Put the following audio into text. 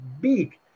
big